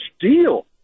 deal